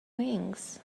wings